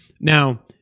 Now